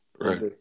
right